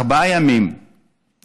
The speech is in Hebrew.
ארבעה ימים לפני